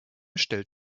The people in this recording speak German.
stellt